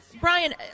Brian